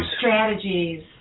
strategies